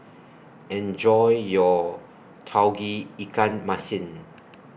Enjoy your Tauge Ikan Masin